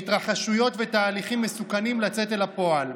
מהתרחשויות ומתהליכים מסוכנים לצאת אל הפועל.